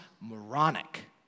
moronic